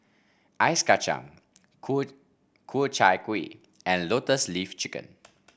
Ice Kachang Ku Ku Chai Kuih and Lotus Leaf Chicken